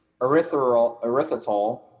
erythritol